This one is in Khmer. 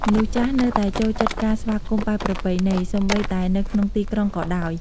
មនុស្សចាស់នៅតែចូលចិត្តការស្វាគមន៍បែបប្រពៃណី សូម្បីតែនៅក្នុងទីក្រុងក៏ដោយ។